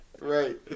Right